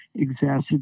exacerbate